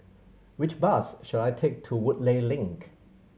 which bus should I take to Woodleigh Link